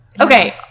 Okay